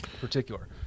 particular